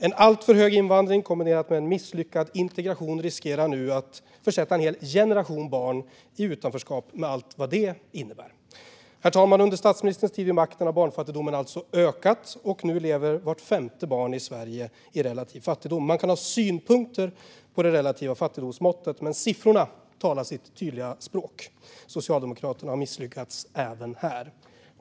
En alltför hög invandring kombinerat med en misslyckad integration riskerar nu att försätta en hel generation barn i utanförskap med allt vad det innebär. Herr talman! Under statsministerns tid vid makten har barnfattigdomen alltså ökat, och nu lever vart femte barn i Sverige i relativ fattigdom. Man kan ha synpunkter på det relativa fattigdomsmåttet, men siffrorna talar sitt tydliga språk: Socialdemokraterna har misslyckats även här.